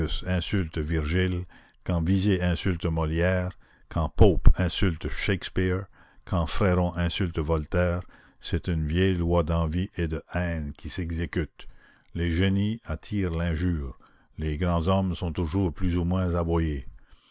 insulte virgile quand visé insulte molière quand pope insulte shakespeare quand fréron insulte voltaire c'est une vieille loi d'envie et de haine qui s'exécute les génies attirent l'injure les grands hommes sont toujours plus ou moins aboyés